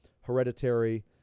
Hereditary